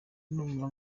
numva